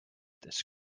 this